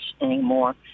anymore